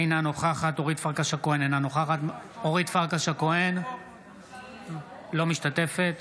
אינה נוכחת אורית פרקש הכהן, אינה משתתפת